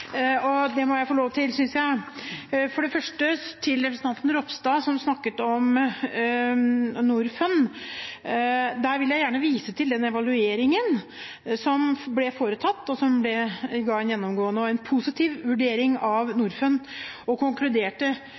og det må jeg få lov til, synes jeg. Først til representanten Ropstad, som snakket om Norfund. Der vil jeg gjerne vise til den evalueringen som ble foretatt, og som ga en gjennomgående og positiv vurdering av Norfund og konkluderte